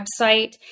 website